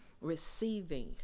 receiving